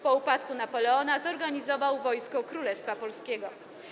Po upadku Napoleona organizował wojsko Królestwa Polskiego.